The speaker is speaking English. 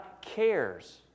cares